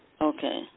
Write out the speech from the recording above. Okay